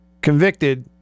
convicted